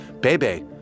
Bebe